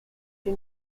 you